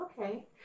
okay